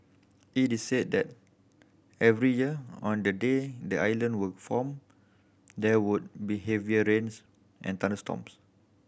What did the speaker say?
it is said that every year on the day the island were formed there would be heavy rains and thunderstorms